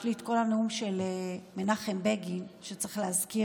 יש לי את כל הנאום של מנחם בגין, שצריך להזכיר פה.